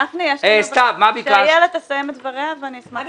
גפני, כשאיילת תסיים את דבריה, אני אשמח לדבר.